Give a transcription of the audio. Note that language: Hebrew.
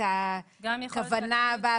גם יכולת כלכלית,